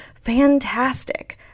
fantastic